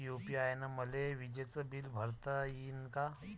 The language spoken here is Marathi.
यू.पी.आय न मले विजेचं बिल भरता यीन का?